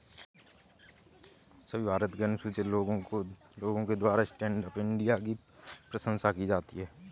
सभी भारत के अनुसूचित लोगों के द्वारा स्टैण्ड अप इंडिया की प्रशंसा की जाती है